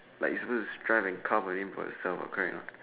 like you're supposed to strive and carve out a name for yourself correct or not